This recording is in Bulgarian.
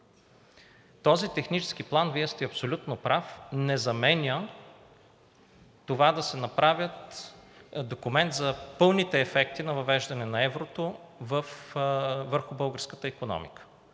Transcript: този технически план не заменя това да се направи документ за пълните ефекти при въвеждане на еврото върху българската икономика.